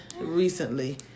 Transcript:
recently